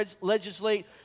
legislate